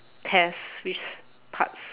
test which parts